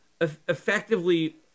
effectively